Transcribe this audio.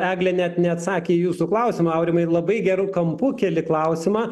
eglė net neatsakė į jūsų klausimą aurimai labai geru kampu keli klausimą